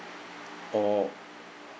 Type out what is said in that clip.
oh